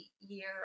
year